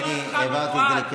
חסר נימוס.